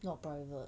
not private